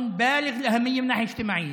כי יש שר משפטים שעומד מאחוריו,